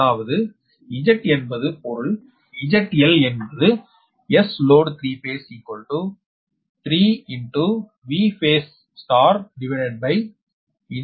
அதாவது Z என்பது பொருள் ZL என்பது Sload 3 Vphase2ZL